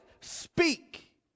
speak